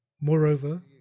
Moreover